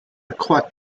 croix